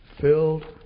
filled